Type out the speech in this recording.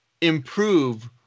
improve